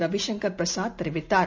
ரவி சங்கர் பிரசாத் தெரிவித்தார்